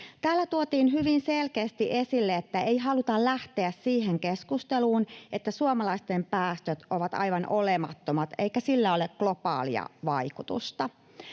Täällä tuotiin hyvin selkeästi esille, että ei haluta lähteä siihen keskusteluun, että suomalaisten päästöt ovat aivan olemattomat eikä sillä ole globaalia vaikutusta.